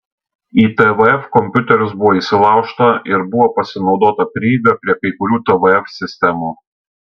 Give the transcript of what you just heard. į tvf kompiuterius buvo įsilaužta ir buvo pasinaudota prieiga prie kai kurių tvf sistemų